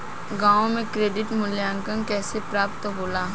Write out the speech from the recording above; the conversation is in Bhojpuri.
गांवों में क्रेडिट मूल्यांकन कैसे प्राप्त होला?